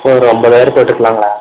so ஒரு ஒன்பதாயிரம் போட்டுக்காங்களா